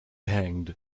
hanged